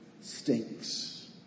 stinks